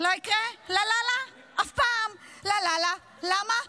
לא יקרה / לה לה לה, אף פעם / לה לה לה, למה?